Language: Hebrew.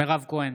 מירב כהן,